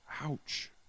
ouch